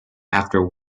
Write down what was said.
after